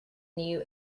new